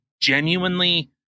genuinely